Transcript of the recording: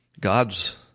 God's